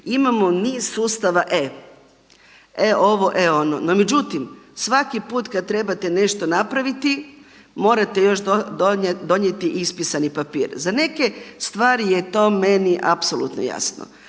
imamo niz sustava e, e ovo, e ono. No, međutim svaki put kad trebate nešto napraviti morate još donijeti ispisani papir. Za neke stvari je to meni apsolutno jasno,